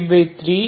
Fe 3